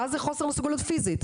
מה זה חוסר מסוגלות פיזית,